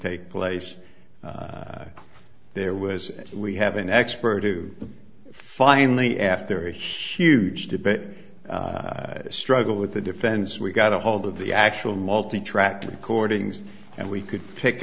take place there was we have an expert to finally after a huge debate struggle with the defense we got ahold of the actual multi track recordings and we could pick